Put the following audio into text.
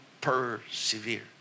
persevere